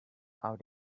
out